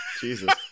jesus